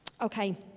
okay